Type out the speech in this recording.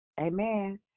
Amen